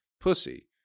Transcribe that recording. pussy